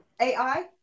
ai